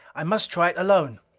i must try it alone!